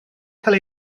cael